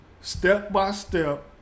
step-by-step